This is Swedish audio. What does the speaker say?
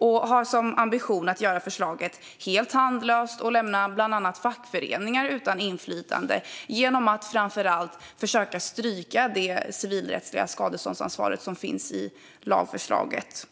Man har som ambition att göra förslaget helt tandlöst och lämna bland annat fackföreningar utan inflytande genom att framför allt försöka stryka det civilrättsliga skadeståndsansvaret i lagförslaget.